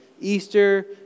Easter